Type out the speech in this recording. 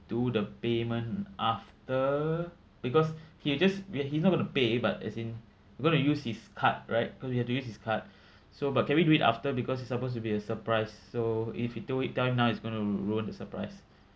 do the payment after because he will just we~ he's not going to pay but as in we're going to use his card right cause we have to use his card so but can we do it after because it's supposed to be a surprise so if we told it tell him now is going to ruin the surprise